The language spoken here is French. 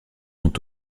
ont